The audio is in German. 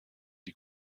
die